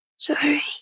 Sorry